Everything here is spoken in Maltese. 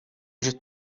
ġiet